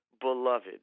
Beloved